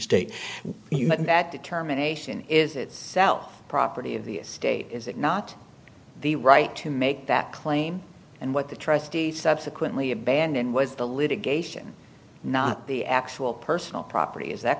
state that determination is itself a property of the state is it not the right to make that claim and what the trustee subsequently abandoned was the litigation not the actual personal property is that